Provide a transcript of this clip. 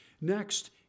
Next